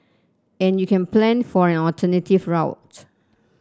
and you can plan for an alternative route